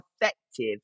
effective